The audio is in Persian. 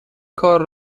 کار